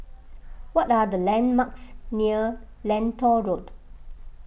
what are the landmarks near Lentor Road